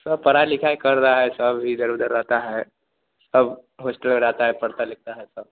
सब पढ़ाई लिखाई कर रहा है सब इधर उधर रहता है सब हॉस्टल में रहता है पढ़ता लिखता है सब